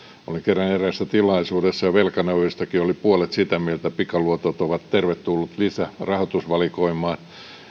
olin kerran eräässä tilaisuudessa jossa velkaneuvojistakin oli puolet sitä mieltä että pikaluotot ovat tervetullut lisä rahoitusvalikoimaan